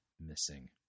missing